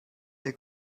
der